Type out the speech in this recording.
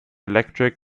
electric